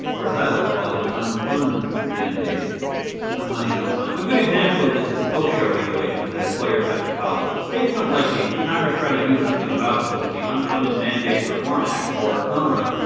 or as i like to call it, an un-fun mandate. because no money, no fun. a good example of example of this is osha regulations that employers have to follow. states don't like these, and congress tried to do something about them with the unfunded mandates reform act or umra,